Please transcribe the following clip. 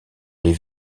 les